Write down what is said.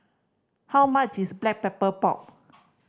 how much is Black Pepper Pork